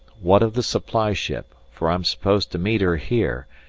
what of the supply ship, for i'm supposed to meet her here,